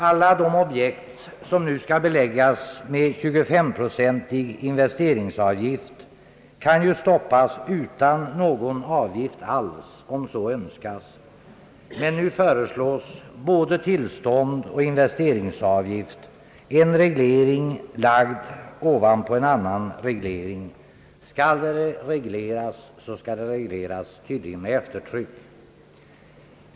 Alla de objekt som nu skall beläggas med 23-procentig investeringsavgift kan ju stoppas utan någon avgift alls, om så önskas, men nu föreslås både tillstånd och investeringsavgift — en reglering lagd ovanpå en annan reglering. Skall det regleras, skall det tydligen regleras med eftertryck.